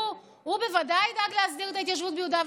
הוא בוודאי ידאג להסדיר את ההתיישבות ביהודה ושומרון,